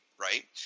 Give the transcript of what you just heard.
Right